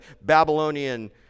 Babylonian